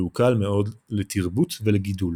והוא קל מאוד לתרבות ולגידול.